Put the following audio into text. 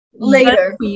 later